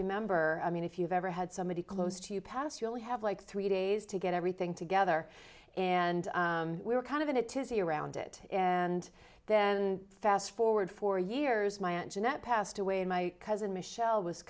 remember i mean if you've ever had somebody close to you pass you only have like three days to get everything together and we were kind of in a tizzy around it and then fast forward four years my aunt jeanette passed away and my cousin michelle was